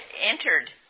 entered